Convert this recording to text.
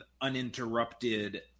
uninterrupted